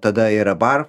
tada yra bar